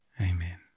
Amen